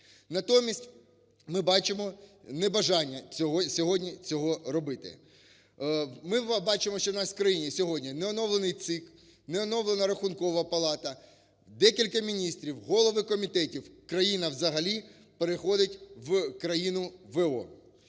Натомість ми бачимо небажання сьогодні це робити. Ми бачимо, що у нас в країні сьогодні не оновлена ЦВК, не оновлена Рахункова палата, декілька міністрів, голови комітетів. Країна взагалі переходить в країну в.о.